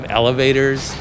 elevators